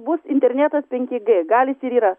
bus internetas penki g gal jis ir yra